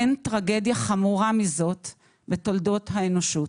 אין טרגדיה חמורה מזאת בתולדות האנושות.